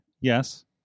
Yes